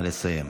נא לסיים.